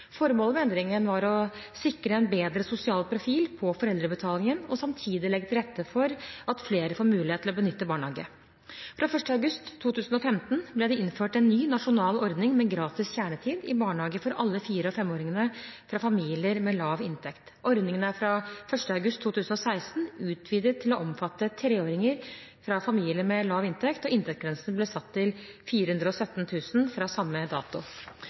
Formålet med endringen var å sikre en bedre sosial profil på foreldrebetalingen og samtidig legge til rette for at flere får mulighet til å benytte barnehage. Fra 1. august 2015 ble det innført en ny nasjonal ordning med gratis kjernetid i barnehage for alle fire- og femåringer fra familier med lav inntekt. Ordningen er fra l. august 2016 utvidet til å omfatte treåringer fra familier med lav inntekt, og inntektsgrensen ble satt til 417 000 kr fra samme dato.